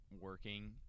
working